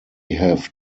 have